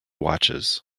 watches